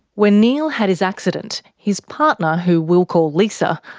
when neil had his accident, his partner, who we'll call lisa,